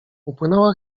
upłynęła